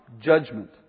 judgment